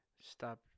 stop